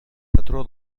patró